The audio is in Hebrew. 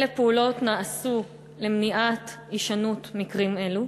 2. אילו פעולות נעשו למניעת הישנות מקרים אלו?